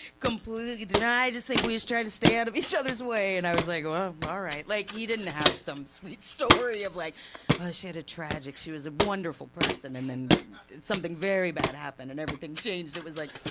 i just think we just tried to stay out of each other's way. and i was like, well ah alright. like, he didn't have some sweet story of like, well she had a tragic she was a wonderful person and then something very bad happened and everything changed, it was like